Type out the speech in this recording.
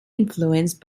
influenced